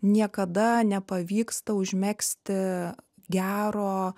niekada nepavyksta užmegzti gero